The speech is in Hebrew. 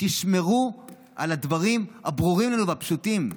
תשמרו על הדברים הברורים לנו והפשוטים: